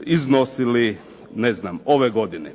iznosili ove godine.